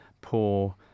poor